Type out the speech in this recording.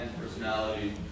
personality